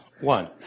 One